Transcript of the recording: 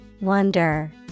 Wonder